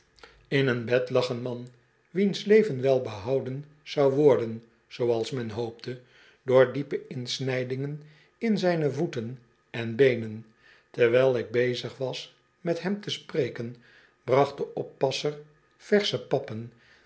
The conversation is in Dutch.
in een bed lag een man wiens leven wel behouden zou worden zooals men hoopte door diepe insnijdingen in zijne voeten en beenen terwijl ik bezig was met hem te spreken bracht de oppasser versche pappen